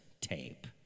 tape